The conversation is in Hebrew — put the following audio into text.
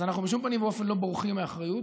אז אנחנו בשום פנים ואופן לא בורחים מאחריות